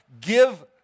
give